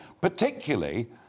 particularly